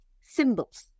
symbols